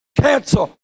cancer